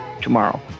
tomorrow